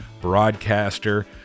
broadcaster